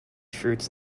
fruits